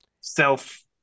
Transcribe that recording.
self